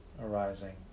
arising